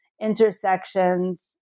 intersections